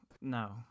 no